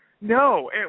No